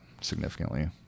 significantly